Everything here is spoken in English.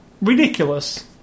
ridiculous